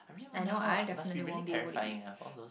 I know I definitely won't be able to eat